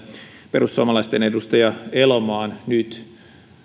perussuomalaisten edustajan elomaan nyt